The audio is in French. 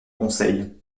conseil